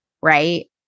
right